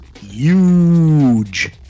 huge